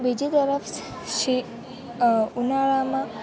બીજી તરફ સી ઉનાળામાં